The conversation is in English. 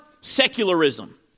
secularism